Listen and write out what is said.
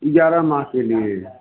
ग्यारह मार्च के लिए